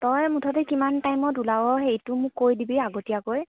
তই মুঠতে কিমান টাইমত ওলাৱ সেইটো মোক কৈ দিবি আগতীয়াকৈ